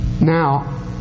Now